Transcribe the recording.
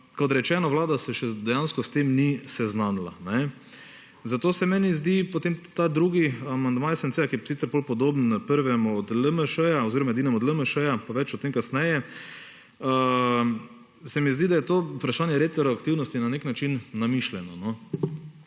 kot rečeno, Vlada se dejansko s tem še ni seznanila. Zato se meni zdi potem ta drugi amandma SMC-ja, ki je sicer bolj podoben prvemu od LMŠ-ja oziroma edinemu od LMŠ-ja – pa več o tem kasneje. Se mi zdi, da je to vprašanje retroaktivnosti na nek način namišljeno,